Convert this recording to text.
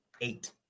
eight